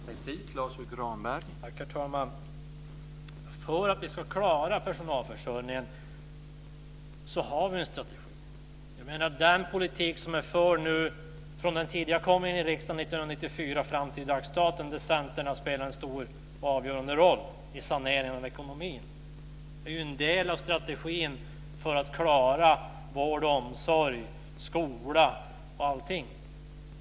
Herr talman! Vi har en strategi för hur vi ska klara personalförsörjningen. Den politik som förts från den tid när jag kom in i riksdagen 1994 och fram till dags dato - där Centern har spelat en stor och avgörande roll i saneringen av ekonomin - är ju en del av strategin för att klara vård, omsorg, skola osv.